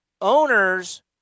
owners